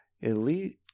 elite